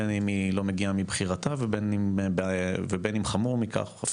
בין אם היא לא מגיעה מבחירתה ובין אם חמור מכך,